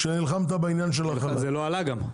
אבל זה גם לא עלה.